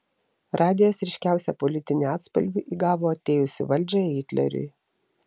radijas ryškiausią politinį atspalvį įgavo atėjus į valdžią hitleriui